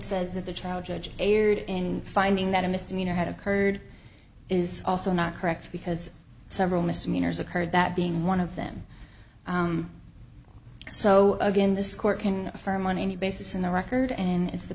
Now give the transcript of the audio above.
says that the trial judge erred in finding that a misdemeanor had occurred is also not correct because several misdemeanors occurred that being one of them so again this court can affirm on any basis in the record and it's the